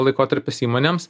laikotarpis įmonėms